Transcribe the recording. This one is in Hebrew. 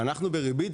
אנחנו בריבית